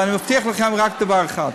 ואני מבטיח לכם רק דבר אחד,